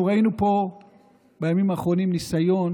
אנחנו ראינו פה בימים האחרונים ניסיון